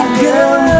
girl